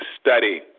study